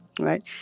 right